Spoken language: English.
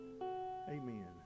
Amen